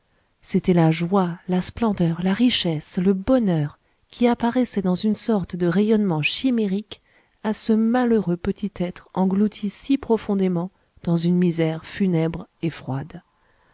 c'étaient la joie la splendeur la richesse le bonheur qui apparaissaient dans une sorte de rayonnement chimérique à ce malheureux petit être englouti si profondément dans une misère funèbre et froide